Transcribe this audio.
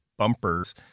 bumpers